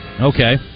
okay